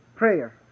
Prayer